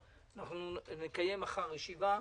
נקיים מחר ישיבה.